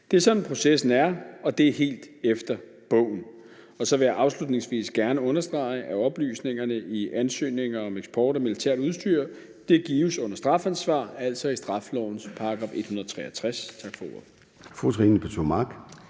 Det sådan, processen er, og det er helt efter bogen. Så vil jeg afslutningsvis gerne understrege, at oplysningerne i ansøgninger om eksport af militært udstyr gives under strafansvar, altså efter straffelovens § 163.